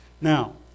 Now